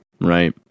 right